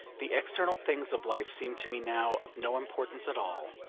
the external things of life seem to me now of no importance at all.